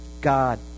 God